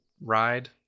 ride